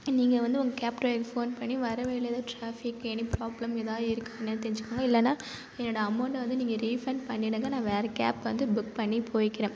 நீங்கள் வந்து உங்கள் கேப் ட்ரைவருக்கு ஃபோன் பண்ணி வர வழியில் எதாது ட்ராஃபிக் எனி ப்ராப்ளம் எதாது இருக்கா என்னன்னு தெரிஞ்சிக்கோங்க இல்லைனா என்னோட அமௌன்ட்டை வந்து நீங்கள் ரீஃபண்ட் பண்ணிடுங்கள் நான் வேற கேப் வந்து புக் பண்ணி போய்க்கிறேன்